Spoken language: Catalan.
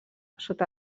sota